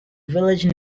village